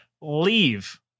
Leave